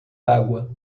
água